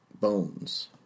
bones